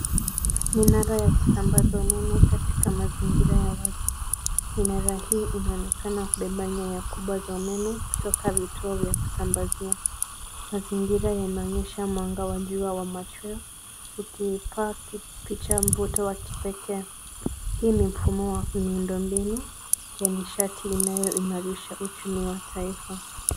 Minara ya kusambaza umeme katika mazingira ya wazi. Minara hii inaonekana kubeba nyaya kubwa za umeme kutoka vituo vya kusambazia. Mazingira yanaonyesha mwanga wa jua wa machweo ukipaki picha mvuto wa kipekee. Hii ni mfumo ya miundo mbinu ya nishati inayoimarisha uchumi wa taifa.